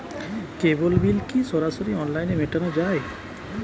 কেবল bill কি সরাসরি অনলাইনে মেটানো য়ায়?